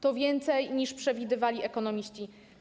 To więcej, niż przewidywali ekonomiści.